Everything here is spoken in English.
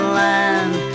land